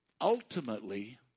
Ultimately